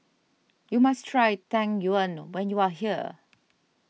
you must try Tang Yuen when you are here